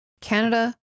Canada